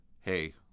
hey